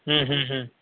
હમ્મ હમ્મ હમ્મ